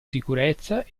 sicurezza